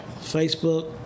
Facebook